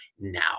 now